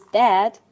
dad